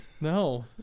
No